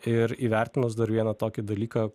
ir įvertinus dar vieną tokį dalyką